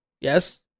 Yes